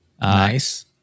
Nice